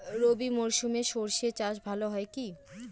রবি মরশুমে সর্ষে চাস ভালো হয় কি?